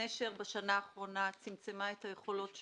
נשר בשנה האחרונה צמצמה את היכולות שלה,